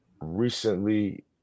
recently